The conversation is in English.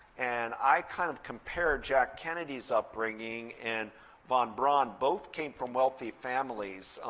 and i kind of compare jack kennedy's upbringing and von braun. both came from wealthy families.